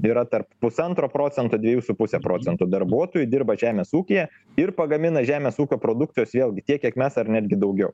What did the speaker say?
yra tarp pusantro procento dviejų su puse procentų darbuotojų dirba žemės ūkyje ir pagamina žemės ūkio produkcijos vėlgi tiek kiek mes ar netgi daugiau